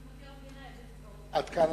עד כאן.